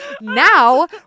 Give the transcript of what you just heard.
Now